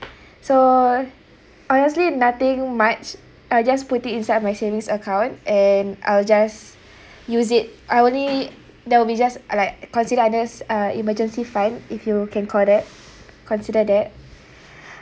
so honestly nothing much I just put it inside my savings account and I'll just use it I only there will be just like consider other uh emergency fund if you can call that consider that